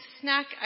snack